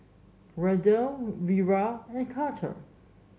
Randall Vira and Carter